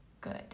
good